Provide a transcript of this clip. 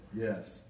yes